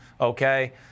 okay